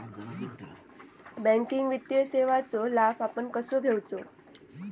Banking वित्तीय सेवाचो लाभ आपण कसो घेयाचो?